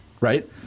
right